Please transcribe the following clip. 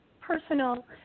personal